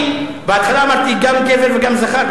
בהתחלה אמרתי גם "גבר" וגם "זכר",